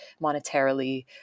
monetarily